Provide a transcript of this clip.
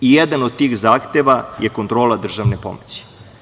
Jedan od tih zahteva je kontrola državne pomoći.